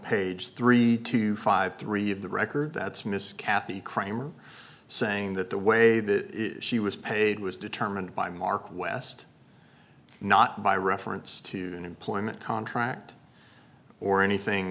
page three to five three of the record that's miss kathy cramer saying that the way that she was paid was determined by mark west not by reference to an employment contract or anything